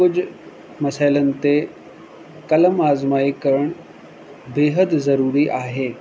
कुझु मसइलनि ते क़लम आजमाई करणु बेहदि ज़रूरी आहे